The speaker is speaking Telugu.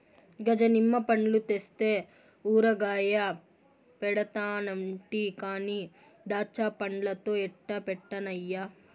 గజ నిమ్మ పండ్లు తెస్తే ఊరగాయ పెడతానంటి కానీ దాచ్చాపండ్లతో ఎట్టా పెట్టన్నయ్యా